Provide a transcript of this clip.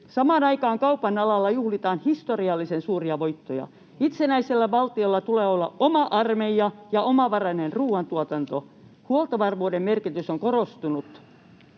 Samaan aikaan kaupan alalla juhlitaan historiallisen suuria voittoja. Itsenäisellä valtiolla tulee olla oma armeija ja omavarainen ruoantuotanto. Huoltovarmuuden merkitys on korostunut